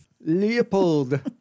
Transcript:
Leopold